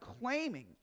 Claiming